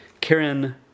Karen